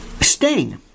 Sting